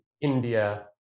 india